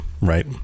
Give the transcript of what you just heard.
Right